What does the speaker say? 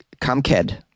Kamked